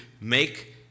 make